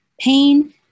Pain